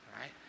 Right